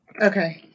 Okay